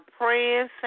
praying